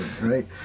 right